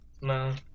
no